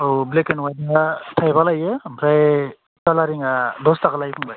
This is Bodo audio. औ ब्लेक एन्द वाइथआ थाइबा लायो ओमफ्राय कालारिंआ दस थाखा लायो फंबाय